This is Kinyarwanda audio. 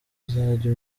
uzajye